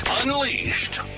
Unleashed